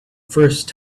first